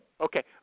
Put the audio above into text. Okay